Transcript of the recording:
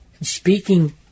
Speaking